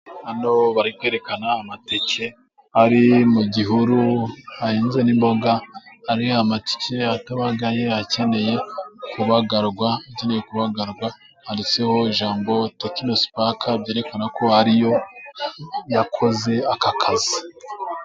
Hano bari kwerekana amateke ari mu gihuru hahinze n'imboga. Hari amateke atabagaye akeneye kubagarwa handitseho ijambo tekino spark byerekana ko ariyo yakoze aka kazi.